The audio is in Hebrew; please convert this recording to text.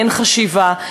אין חשיבה,